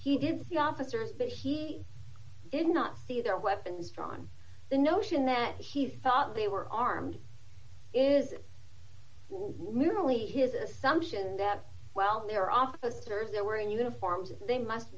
he did see officers say he did not see their weapons drawn the notion that he thought they were armed is merely his assumption that well their officers there were in uniforms and they must